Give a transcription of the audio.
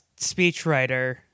speechwriter